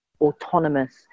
autonomous